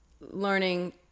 learning